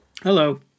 Hello